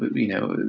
you know,